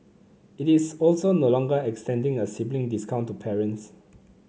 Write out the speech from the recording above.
it is also no longer extending a sibling discount to parents